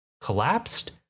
collapsed